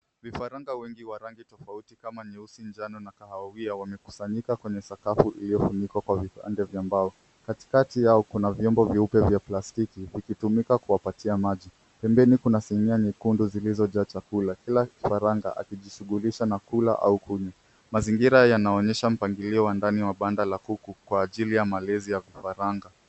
Vifaranga wengi wa rangi tofauti kama nyeusi njano na kahawia wamekusanyika kwenye sakafu iliyofunikwa kwa vipande vya mbao. Katikati yao kuna vyonbo vyeupe vya plastiki vikitumika kuwapatia maji. Pembeni kuna sinia nyekundu zilizojaa chakula kila kifaranga akijishughulisha na kula au kunywa. Mazingira yanaonyesha mpangilio wa ndani wa banda la kuku kwa ajili ya malezi ya vifaranga.